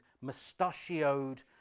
mustachioed